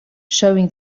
showing